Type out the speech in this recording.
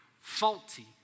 Faulty